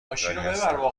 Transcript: عاشق